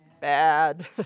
Bad